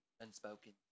Unspoken